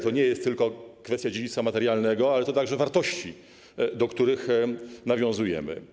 To nie jest tylko kwestia dziedzictwa materialnego, ale to także wartości, do których nawiązujemy.